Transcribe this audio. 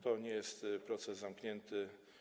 To nie jest proces zamknięty.